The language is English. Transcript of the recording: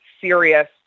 serious